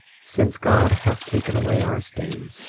since god hath taken away our stains,